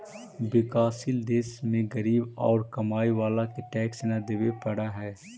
विकासशील देश में गरीब औउर कमाए वाला के टैक्स न देवे पडऽ हई